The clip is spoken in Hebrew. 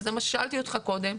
וזה מה ששאלתי אותך קודם,